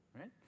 right